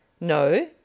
No